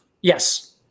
Yes